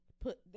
put